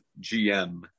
GM